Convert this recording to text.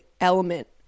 element